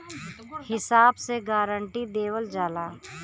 हिसाब से गारंटी देवल जाला